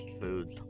foods